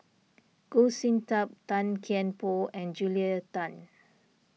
Goh Sin Tub Tan Kian Por and Julia Tan